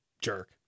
jerk